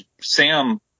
Sam